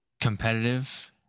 competitive